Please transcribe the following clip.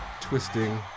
twisting